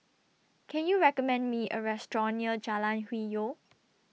Can YOU recommend Me A Restaurant near Jalan Hwi Yoh